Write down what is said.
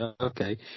okay